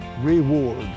reward